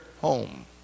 home